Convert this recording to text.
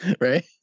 Right